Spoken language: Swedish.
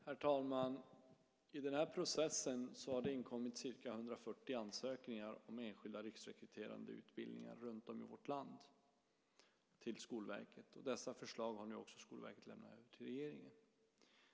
Herr talman! I den här processen har det inkommit ca 140 ansökningar om enskilda riksrekryterande utbildningar runtom i vårt land till Skolverket. Dessa förslag har nu också Skolverket lämnat över till regeringen.